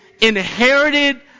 inherited